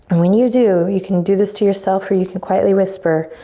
and when you do you can do this to yourself or you can quietly whisper,